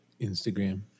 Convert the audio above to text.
Instagram